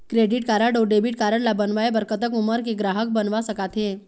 Credit card अऊ debit card ला बनवाए बर कतक उमर के ग्राहक बनवा सका थे?